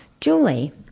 Julie